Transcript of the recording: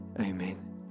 amen